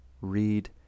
Read